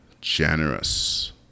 generous